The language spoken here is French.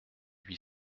huit